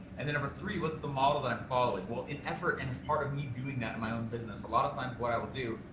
and then number three, what's the model that i'm following? well in effort, and as part of me doing that in my own business, a lotta times what i will do,